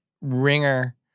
ringer